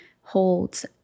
holds